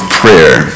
prayer